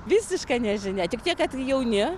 visiška nežinia tik tiek kad jauni